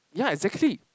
ya exactly